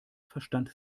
verstand